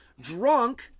drunk